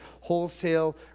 wholesale